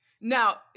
Now